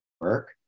work